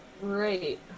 Great